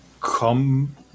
come